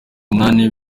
umunani